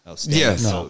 Yes